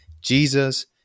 Jesus